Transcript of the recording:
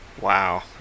Wow